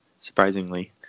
surprisingly